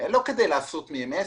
לא כדי לעשות מהם עסק,